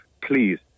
please